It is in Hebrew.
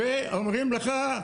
ואומרים לך,